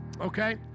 Okay